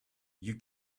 you